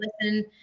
listen